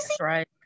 right